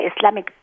Islamic